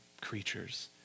creatures